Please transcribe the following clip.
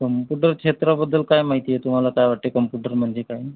computer क्षेत्राबद्दल काय माहिती आहे तुम्हाला काय वाटते कम्प्युटर म्हणजे काय